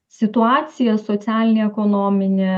situacija socialinė ekonominė